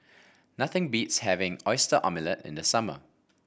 nothing beats having Oyster Omelette in the summer